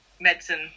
medicine